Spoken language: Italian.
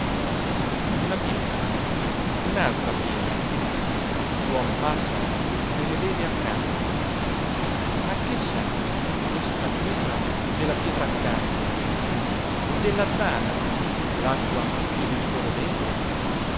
una pietra un'altra pietra l'uomo passa e le vede accanto ma che sa questa pietra della pietra accanto e della zana l'acqua che vi scorre dentro